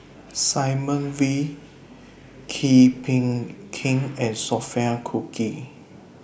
Simon Wee Kee Bee Khim and Sophia Cooke